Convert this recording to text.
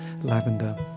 Lavender